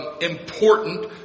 important